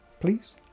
please